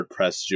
WordPress